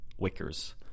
Wickers